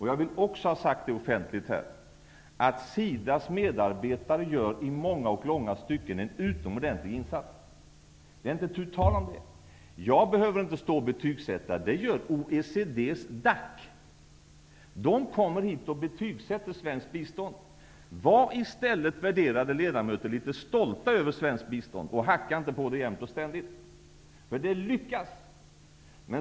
Jag vill också ha sagt offentligt att SIDA:s medarbetare i många och långa stycken gör en utomordentlig insats. Det är inte tu tal om det. jag behöver inte stå och betygsätta. Det gör OECD:s DAC. De kommer hit och betygsätter svenskt bistånd. Var i stället, värderade ledamöter, litet stolta över svenskt bistånd, och hacka inte på det jämt och ständigt! Det lyckas.